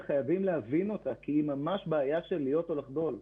וחייבים להבין אותה כי היא ממש בעיה של להיות או לחדול,